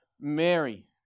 Mary